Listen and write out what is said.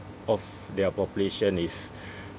of their population is